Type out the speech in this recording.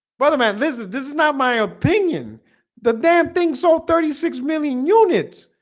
butter man, listen, this is not my opinion the damn thing. so thirty six million units